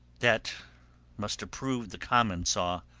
that must approve the common saw